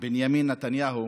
בנימין נתניהו